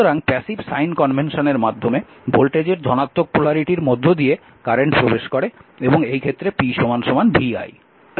সুতরাং passive sign কনভেনশনের মাধ্যমে ভোল্টেজের ধনাত্মক পোলারিটির মধ্য দিয়ে কারেন্ট প্রবেশ করে এবং এই ক্ষেত্রে pvi